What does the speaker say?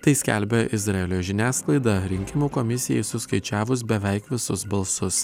tai skelbia izraelio žiniasklaida rinkimų komisijai suskaičiavus beveik visus balsus